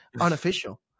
unofficial